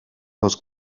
los